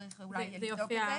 צריך אולי לבדוק את זה.